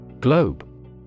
Globe